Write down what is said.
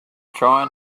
trying